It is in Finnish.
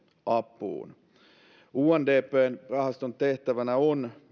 apuun undpn rahaston tehtävänä on